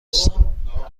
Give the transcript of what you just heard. نیستم